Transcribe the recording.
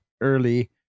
early